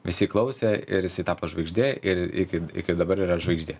visi klausė ir jis tapo žvaigžde ir iki iki dabar yra žvaigždė